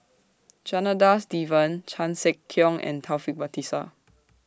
Janadas Devan Chan Sek Keong and Taufik Batisah